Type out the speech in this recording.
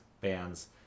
bands